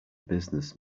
business